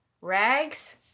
Rags